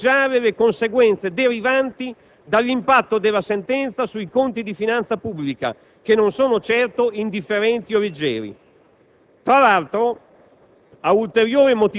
di poter padroneggiare le conseguenze derivanti dall'impatto della sentenza sui conti di finanza pubblica, che non sono certo indifferenti o leggeri. Tra l'altro,